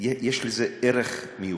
יש לזה ערך מיוחד.